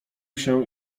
się